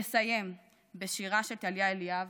אסיים בשירה של טליה אליאב,